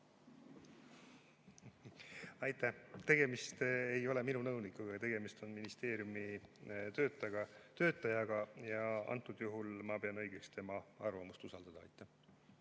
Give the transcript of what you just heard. Aitäh! Tegemist ei ole minu nõunikuga, tegemist on ministeeriumi töötajaga. Antud juhul pean ma õigeks tema arvamust usaldada. Aitäh!